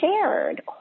shared